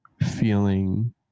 feeling